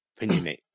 opinionate